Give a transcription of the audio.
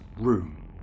room